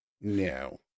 No